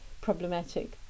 problematic